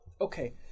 Okay